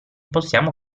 possiamo